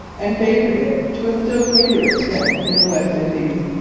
and favoured it to a still greater extent in the west indies.